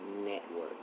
Network